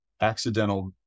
accidental